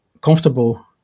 comfortable